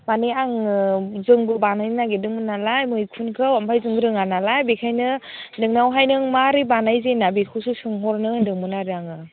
मानि आङो जोंबो बानायनो नागिरदोंमोन नालाय मैखुनखौ ओमफ्राय जों रोङानालाय बेखायनो नोंनावहाय नों माबोरै बानायजेना बेखौसो सोंहरनो होन्दोंमोन आरो आङो